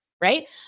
right